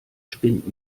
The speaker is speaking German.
spind